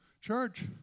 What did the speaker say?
church